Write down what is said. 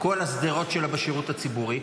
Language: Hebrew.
בזמנו בצוות שהיה בשיחות בבית הנשיא.